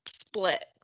Split